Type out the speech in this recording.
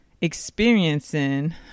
experiencing